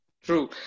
True